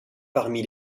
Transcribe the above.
parmi